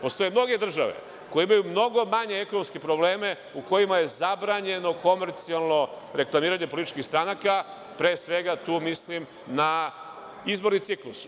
Postoje mnoge države koje imaju mnogo manje ekonomske probleme u kojima je zabranjeno komercijalno reklamiranje političkih stranaka, a tu mislim na izborni ciklus.